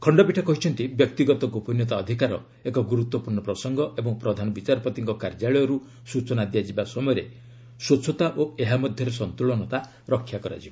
ଖଣ୍ଡପୀଠ କହିଛନ୍ତି ବ୍ୟକ୍ତିଗତ ଗୋପନୀୟତା ଅଧିକାର ଏକ ଗୁରୁତ୍ୱପୂର୍ଣ୍ଣ ପ୍ରସଙ୍ଗ ଓ ପ୍ରଧାନ ବିଚାରପତିଙ୍କ କାର୍ଯ୍ୟାଳୟରୁ ସୂଚନା ଦିଆଯିବା ସମୟରେ ସ୍ୱଚ୍ଚତା ଓ ଏହା ମଧ୍ୟରେ ସନ୍ତୁଳନତା ରକ୍ଷା କରାଯିବ